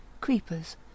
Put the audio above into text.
creepers